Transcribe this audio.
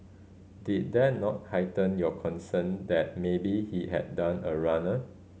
did that not heighten your concern that maybe he had done a runner